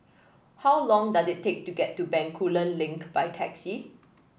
how long does it take to get to Bencoolen Link by taxi